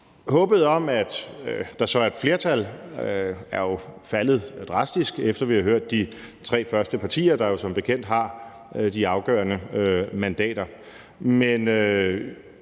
så er et flertal, er jo faldet drastisk, efter at vi har hørt de tre første partier, der jo som bekendt har de afgørende mandater.